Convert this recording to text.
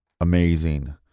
amazing